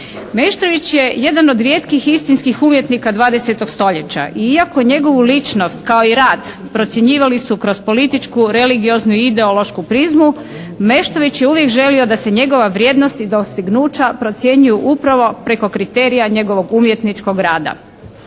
Meštrović je jedan od rijetkih istinskih umjetnika 20. stoljeća, iako njegovu ličnost kao i rad procjenjivali su kroz političku, religioznu, ideološku prizmu, Meštrović je uvijek želio da se njegova vrijednost i dostignuća procjenjuju upravo preko kriterija njegovog umjetničkog rada.